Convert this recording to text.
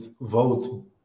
vote